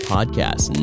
Podcast